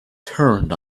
turned